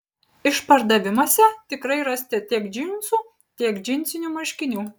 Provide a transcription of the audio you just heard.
išpardavimuose tikrai rasite tiek džinsų tiek džinsinių marškinių